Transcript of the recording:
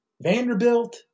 Vanderbilt